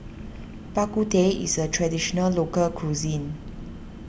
Bak Kut Teh is a Traditional Local Cuisine